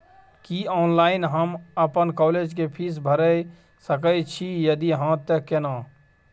की online हम अपन college के फीस भैर सके छि यदि हाँ त केना?